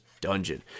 Dungeon